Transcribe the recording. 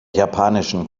japanischen